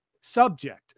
subject